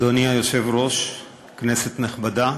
אדוני היושב-ראש, כנסת נכבדה,